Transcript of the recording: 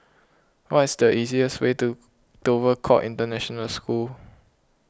what is the easiest way to Dover Court International School